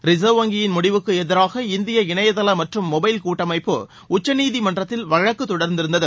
reserve வங்கியின் முடிவுக்கு எதிராக இந்திய இணையதள மற்றும் மொடைல் கூட்டமைப்பு உச்சநீதிமன்றத்தில் வழக்கு தொடர்ந்திருந்தது